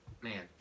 man